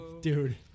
dude